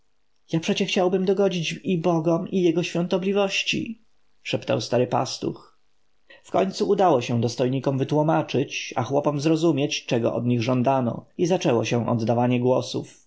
ja przecie chciałbym dogodzić bogom i jego świątobliwości szeptał stary pastuch wkońcu udało się dostojnikom wytłomaczyć a chłopom zrozumieć czego od nich żądano i zaczęło się oddawanie głosów